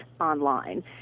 online